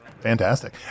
Fantastic